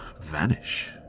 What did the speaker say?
vanish